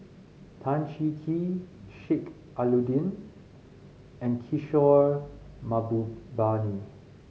Tan Cheng Kee Sheik Alau'ddin and Kishore Mahbubani